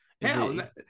Hell